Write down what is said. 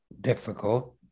difficult